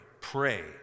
pray